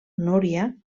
núria